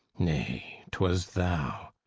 nay, twas thou.